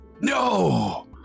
No